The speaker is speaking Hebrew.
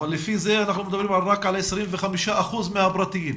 אבל לפי זה אנחנו מדברים רק על 25 אחוזים מהפרטיים.